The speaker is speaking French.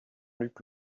luc